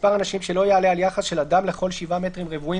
מספר אנשים שלא יעלה על יחס של אדם לכל 7 מטרים רבועים